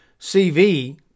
CV